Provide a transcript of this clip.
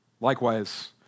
Likewise